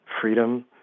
freedom